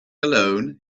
alone